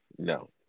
No